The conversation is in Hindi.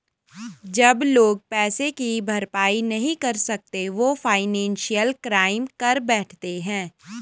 जब लोग पैसे की भरपाई नहीं कर सकते वो फाइनेंशियल क्राइम कर बैठते है